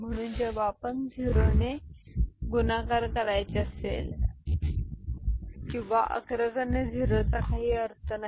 म्हणून जेव्हा आपण 0 ने गुणाकार करायचे असल्यास किंवा अग्रगण्य 0 चा काही अर्थ नाही